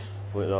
food lor